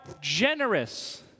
generous